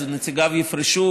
אז נציגיו יפרשו,